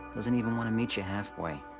doesn't even wanna meet you halfway.